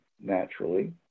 naturally